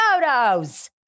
photos